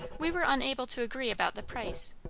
we were unable to agree about the price.